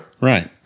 Right